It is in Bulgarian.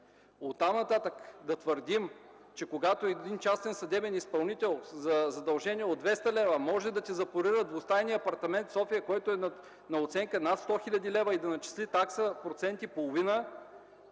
Оттам-нататък да твърдим, че когато един частен съдебен изпълнител за задължение от 200 лв. може да ти запорира двустайния апартамент в София, който е с оценка над 100 хил. лв. и да начисли такса процент и половина